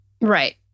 Right